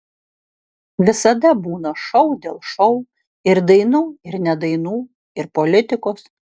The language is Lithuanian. visada būna šou dėl šou ir dainų ir ne dainų ir politikos